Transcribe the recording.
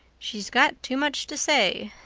she's got too much to say,